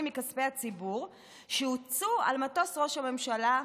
מכספי הציבור שהוצאו על מטוס ראש הממשלה.